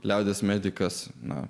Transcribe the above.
liaudies medikas na